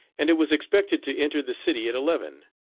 and it was expected to enter the city at eleven.